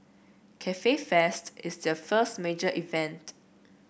Cafe Fest is their first major event